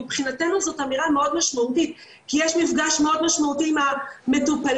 מבחינתנו זאת אמירה מאוד משמעותית כי יש מפגש מאוד משמעותי עם המטופלים,